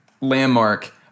landmark